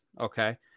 okay